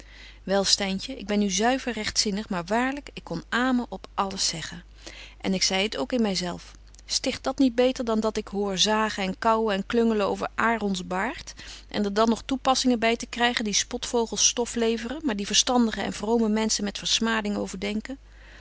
wel styntje ik ben nu zuiver rechtzinnig maar waarlyk ik kon amen op alles zeggen en ik zei het ook in my zelf sticht dat niet beter dan dat betje wolff en aagje deken historie van mejuffrouw sara burgerhart ik hoor zagen en kaauwen en klungelen over aarons baard en er dan nog toepassingen by te krygen die spotvogels stof leveren maar die verstandige en vrome menschen met versmading overdenken